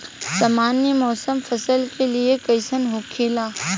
सामान्य मौसम फसल के लिए कईसन होखेला?